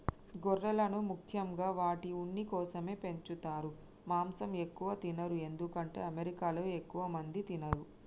గొర్రెలను ముఖ్యంగా వాటి ఉన్ని కోసమే పెంచుతారు మాంసం ఎక్కువ తినరు ఎందుకంటే అమెరికాలో ఎక్కువ మంది తినరు